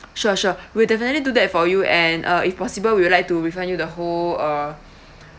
sure sure we'll definitely do that for you and uh if possible we would like to refund you the whole uh